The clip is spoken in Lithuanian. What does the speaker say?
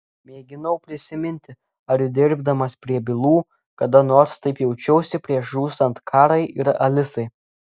mėginau prisiminti ar dirbdamas prie bylų kada nors taip jaučiausi prieš žūstant karai ir alisai